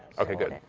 okay, good.